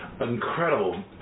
Incredible